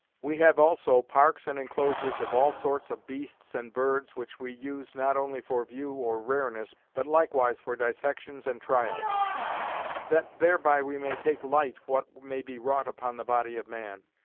we have also parks and enclosures of all sorts of beasts and birds which we use not only for view or rareness, but likewise for dissections and trials that thereby we may take light what may be wrought upon the body of man.